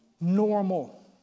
normal